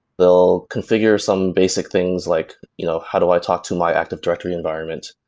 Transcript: they'll configure some basic things, like you know how do i talk to my active directory environment?